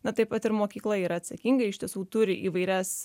na taip pat ir mokykla yra atsakinga iš tiesų turi įvairias